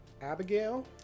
Abigail